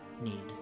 need